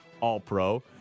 All-Pro